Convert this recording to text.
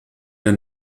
der